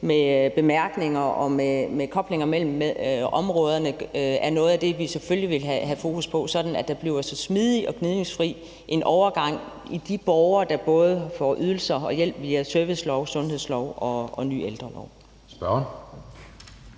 med bemærkninger og med koblinger mellem områderne, er noget af det, vi selvfølgelig vil have fokus på, sådan at der bliver en smidig og gnidningsfri overgang for de borgere, der får ydelser og hjælp via både servicelov, sundhedslov og ny ældrelov.